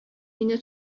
мине